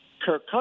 Kirk